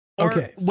Okay